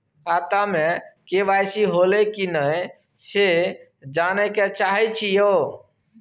खाता में के.वाई.सी होलै की नय से जानय के चाहेछि यो?